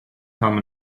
come